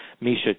misha